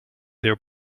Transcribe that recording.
their